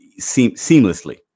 seamlessly